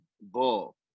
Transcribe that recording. ball